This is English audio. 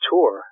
Tour